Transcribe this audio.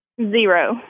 Zero